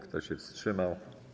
Kto się wstrzymał?